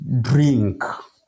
drink